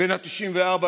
בן ה-94,